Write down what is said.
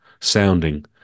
sounding